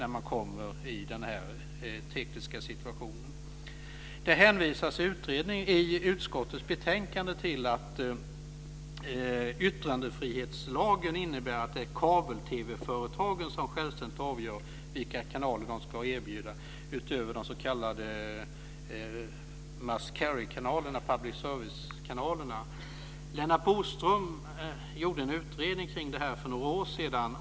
I utskottets betänkande hänvisas det till att yttrandefrihetsgrundlagen innebär att det är kabel-TV företagen som självständigt avgör vilka kanaler de ska erbjuda utöver public service-kanalerna. Lennart Bodström gjorde en utredning kring detta för några år sedan.